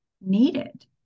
Needed